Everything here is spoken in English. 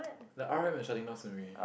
r_o_m is shutting down soon already